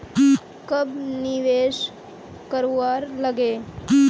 कब निवेश करवार लागे?